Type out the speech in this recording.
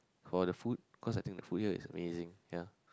for the food cause I think the food here is amazing ya